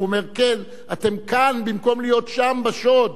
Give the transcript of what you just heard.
הוא אומר: כן, אתם כאן, במקום להיות שם, בשוד.